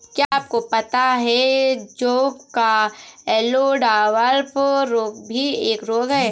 क्या आपको पता है जौ का येल्लो डवार्फ रोग भी एक रोग है?